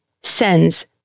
sends